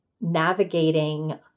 navigating